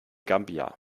gambia